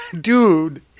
dude